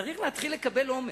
צריך להתחיל לקבל אומץ.